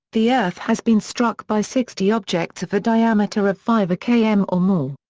the earth has been struck by sixty objects of a diameter of five km or more.